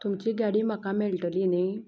तुमची गाडी म्हाका मेळटली न्ही